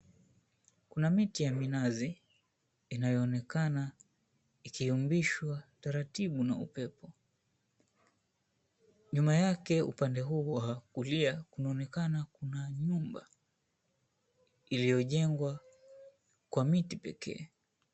Kuna miti ya minazi inayoonekana ikiyumbishwa taratibu na upepo. Nyuma yake upande huo wa kulia kunaonekana kuna nyumba iliyojengwa kwa miti pekee.